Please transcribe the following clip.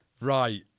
right